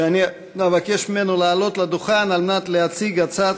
ואני אבקש ממנו לעלות לדוכן על מנת להציג את הצעת